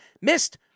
missed